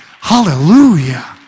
Hallelujah